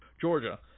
georgia